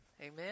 Amen